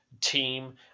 team